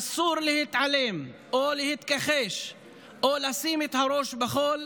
אסור להתעלם או להתכחש או לשים את הראש בחול.